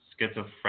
Schizophrenic